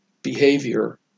behavior